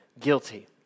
guilty